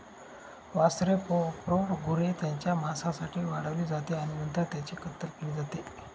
वासरे प्रौढ गुरे त्यांच्या मांसासाठी वाढवली जाते आणि नंतर त्यांची कत्तल केली जाते